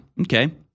Okay